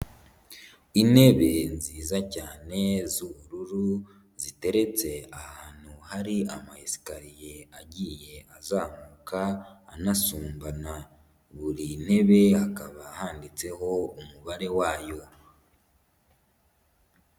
Intebe nziza cyane z'ubururu, ziteretse ahantu hari ama esikariye agiye azamuka anasumbana, buri ntebe hakaba handitseho umubare wayo.